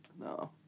No